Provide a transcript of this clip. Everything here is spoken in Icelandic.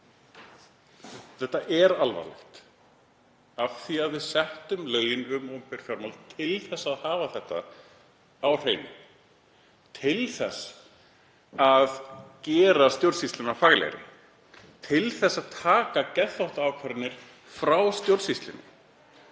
þetta sé alvarlegt af því að við settum lögin um opinber fjármál til að hafa þetta á hreinu, til þess að gera stjórnsýsluna faglegri, til þess að taka geðþóttaákvarðanir frá stjórnsýslunni,